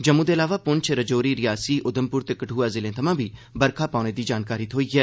जम्मू दे इलावा पुंछ राजौरी रियासी उधमपुर ते कठ्आ जिलें थमां बी बरखा पौने दी जानकारी थोई ऐ